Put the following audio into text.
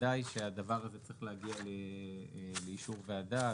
בוודאי שהדבר הזה צריך להגיע לאישור וועדה.